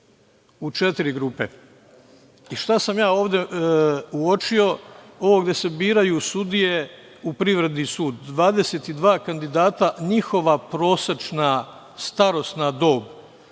u četiri grupe. Šta sam ja ovde uočio? Ovo gde se biraju sudije u Privrednom sudu, 22 kandidata, njihova prosečna starosna dob